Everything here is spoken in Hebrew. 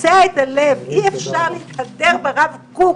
אי אפשר להתהדר ברב קוק